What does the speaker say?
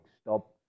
stop